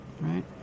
Right